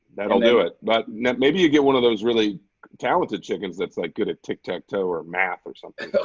that'll do it. but maybe you get one of those really talented chickens that's, like, good at ticktacktoe or math or something well,